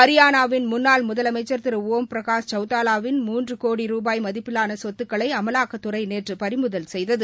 ஹரியானாவின் முன்னாள் முதலமைச்சர் திரு ஓம் பிரகாஷ் சௌதாலாவின் மூன்று கோடி ரூபாய் மதிப்பிலான சொத்துக்களை அமலாக்கத்துறை நேற்று பறிமுதல் செய்தது